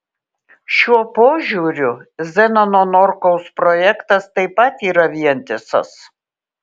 šiuo požiūriu zenono norkaus projektas taip pat yra vientisas